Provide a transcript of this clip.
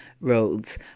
roads